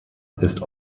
ist